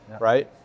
right